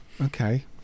Okay